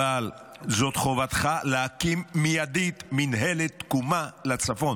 אבל זאת חובתך להקים מיידית מינהלת תקומה לצפון.